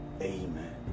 amen